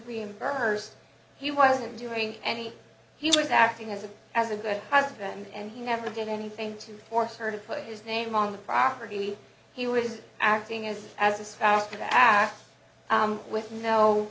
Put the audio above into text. reimbursed he wasn't doing any he was acting as a as a good husband and he never did anything to force her to put his name on the property he was acting as as a spouse to ask with no